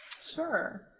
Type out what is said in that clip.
Sure